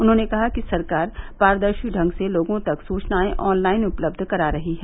उन्होंने कहा कि सरकार पारदर्शी ढंग से लोगों तक सूचनाएं ऑनलाइन उपलब्ध करा रही है